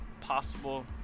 possible